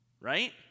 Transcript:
Right